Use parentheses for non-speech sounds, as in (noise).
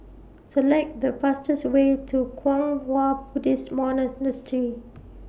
Select The fastest Way to Kwang Hua Buddhist (unintelligible)